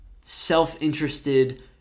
self-interested